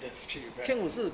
just trick you back oh